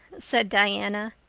said diana.